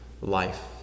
life